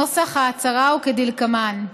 נוסח ההצהרה הוא כדלקמן: